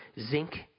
Zinc